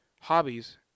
hobbies